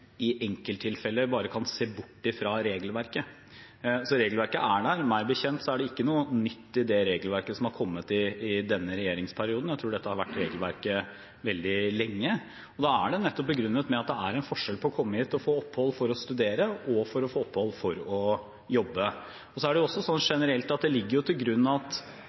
i enkelttilfeller bare kan se bort fra regelverket. Regelverket er der. Meg bekjent er det ikke noe nytt i det regelverket som har kommet i denne regjeringsperioden. Jeg tror dette har vært regelverket veldig lenge. Da er det nettopp begrunnet med at det er forskjell på å komme hit og få opphold for å studere, og å få opphold for å jobbe. Det er også sånn at det generelt ligger til grunn at